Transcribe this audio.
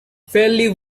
fairly